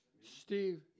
steve